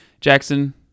Jackson